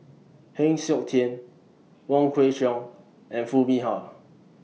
Heng Siok Tian Wong Kwei Cheong and Foo Mee Har